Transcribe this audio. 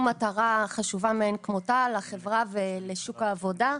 מטרה חשובה מאין כמותה לחברה ולשוק העבודה.